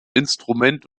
instrument